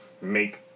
make